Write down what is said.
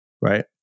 right